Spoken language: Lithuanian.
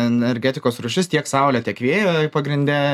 energetikos rūšis tiek saulė tiek vėjo pagrinde